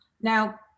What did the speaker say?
Now